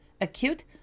Acute